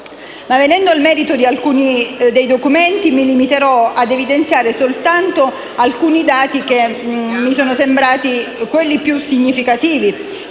Venendo al merito dei documenti, mi limiterò a evidenziare soltanto alcuni dati che mi sono sembrati più significativi.